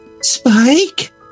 Spike